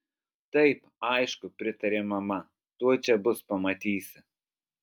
taip aišku pritarė mama tuoj čia bus pamatysi